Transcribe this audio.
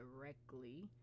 directly